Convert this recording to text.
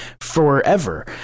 forever